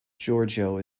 giorgio